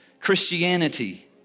Christianity